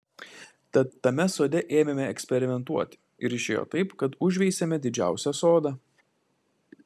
tad tame sode ėmėme eksperimentuoti ir išėjo taip kad užveisėme didžiausią sodą